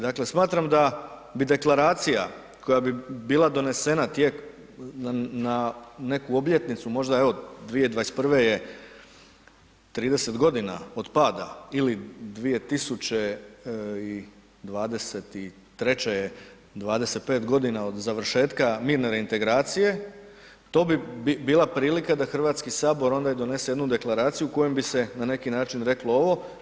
Dakle smatram da bi deklaracija koja bi bila donesena na neku obljetnicu, možda evo 2021. je 30 godina od pada ili 2023. je 25 godina od završetka mirne reintegracije, to bi bila prilika da Hrvatski sabor onda donese jednu deklaraciju kojom bi se na neki način reklo ovo.